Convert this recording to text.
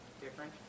different